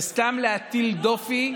זה סתם להטיל דופי,